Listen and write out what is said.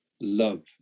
love